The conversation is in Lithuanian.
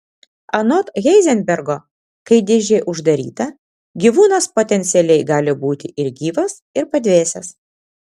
anot heizenbergo kai dėžė uždaryta gyvūnas potencialiai gali būti ir gyvas ir padvėsęs